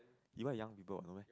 E_Y young people or no meh